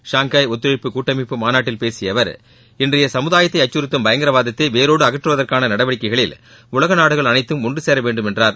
Shanghai ஒத்துழைப்பு கூட்டமைப்பு மாநாட்டில் பேசிய அவர் இன்றைய சமுதாயத்தை அச்சுறுத்தும் பயங்கரவாதத்தை வேரோடு அகற்றுவதற்கான நடவடிக்கைகளில் உலக நாடுகள் அனைத்தும் ஒன்றுசேர வேண்டும் என்றார்